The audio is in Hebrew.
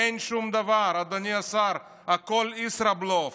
אין שום דבר, אדוני השר, הכול ישראבלוף.